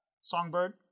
Songbird